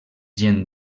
gent